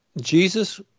Jesus